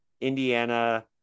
Indiana